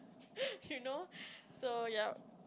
you know so yup